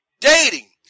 Dating